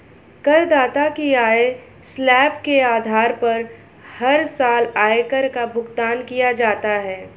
करदाता की आय स्लैब के आधार पर हर साल आयकर का भुगतान किया जाता है